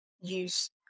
use